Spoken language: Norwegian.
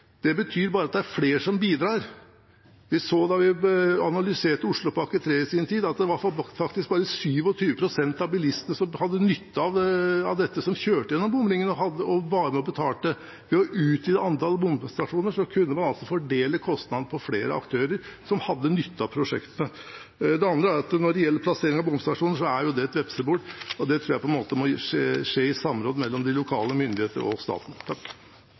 Det betyr bare at det er flere som bidrar. Da vi analyserte Oslopakke 3 i sin tid, så vi at det faktisk bare var 27 pst. av bilistene som hadde nytte av dette, og som kjørte gjennom bomringen og var med og betalte. Ved å utvide antall bomstasjoner kunne man altså fordele kostnadene på flere aktører som hadde nytte av prosjektene. Det andre er at når det gjelder plassering av bomstasjoner, er det et vepsebol. Det tror jeg må skje i samråd mellom lokale myndigheter og staten.